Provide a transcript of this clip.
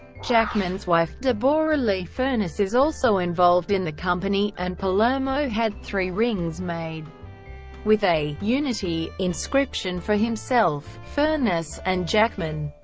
jackman's wife deborra-lee furness is also involved in the company, and palermo had three rings made with a unity inscription for himself, furness, and jackman.